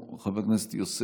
חבר הכנסת יעקב טסלר,